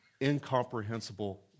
incomprehensible